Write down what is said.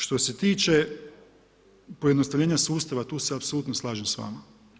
Što se tiče pojednostavljenja sustava, tu se apsolutno slažem s vama.